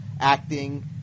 Acting